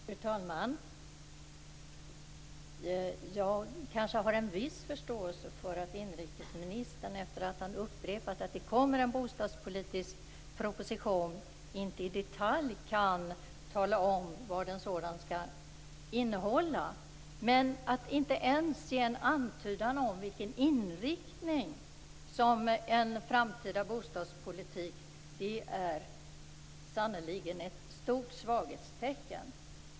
Fru talman! Jag kanske har en viss förståelse för att inrikesministern efter att ha upprepat att det kommer en bostadspolitisk proposition inte i detalj kan tala om vad en sådan skall innehålla. Men att inte ens ge en antydan om vilken inriktning en framtida bostadspolitik kommer att ha är sannerligen ett stort svaghetstecken.